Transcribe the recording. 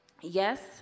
yes